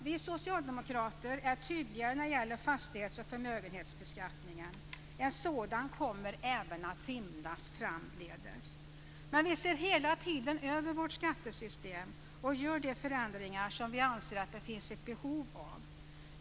Vi socialdemokrater är tydliga när det gäller fastighets och förmögenhetsbeskattningen: En sådan kommer att finnas även framdeles. Men vi ser hela tiden över vårt skattesystem och gör de förändringar som vi anser att det finns behov av.